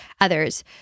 others